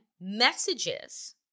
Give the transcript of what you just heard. messages